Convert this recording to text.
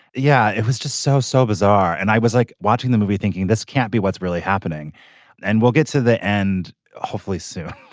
yeah it was just so so bizarre. and i was like watching the movie thinking this can't be what's really happening and we'll get to the end hopefully soon.